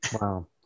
Wow